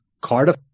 Cardiff